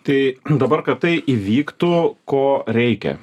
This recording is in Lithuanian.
tai dabar kad tai įvyktų ko reikia